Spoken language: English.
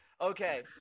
okay